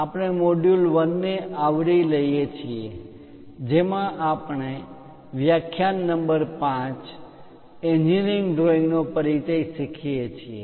આપણે મોડ્યુલ 1 ને આવરી લઈએ છીએ જેમાં આપણે વ્યાખ્યાન નંબર 5 એન્જિનિયરિંગ ડ્રોઈંગ નો પરિચય શીખીએ છીએ